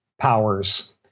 powers